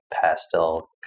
pastel